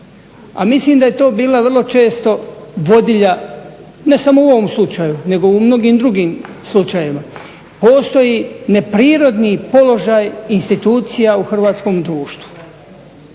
A mislim da je to bilo vrlo često vodilja ne samo u ovom slučaju nego u mnogim drugim slučajevima. Postoji neprirodni položaj institucija u hrvatskom društvu